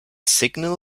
signal